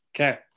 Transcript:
Okay